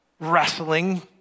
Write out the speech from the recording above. wrestling